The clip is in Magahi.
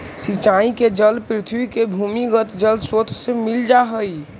सिंचाई के जल पृथ्वी के भूमिगत जलस्रोत से मिल जा हइ